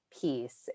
piece